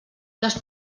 les